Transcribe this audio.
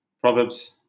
Proverbs